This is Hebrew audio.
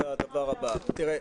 גולן, בבקשה.